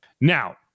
Now